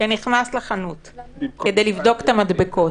שנכנס לחנות כדי לבדוק את המדבקות,